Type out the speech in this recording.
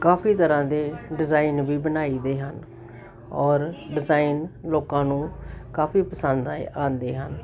ਕਾਫੀ ਤਰ੍ਹਾਂ ਦੇ ਡਿਜ਼ਾਇਨ ਵੀ ਬਣਾਈ ਦੇ ਹਨ ਔਰ ਡਿਜ਼ਾਇਨ ਲੋਕਾਂ ਨੂੰ ਕਾਫੀ ਪਸੰਦ ਆਏ ਆਉਂਦੇ ਹਨ